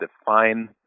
define